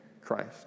Christ